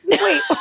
Wait